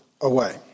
away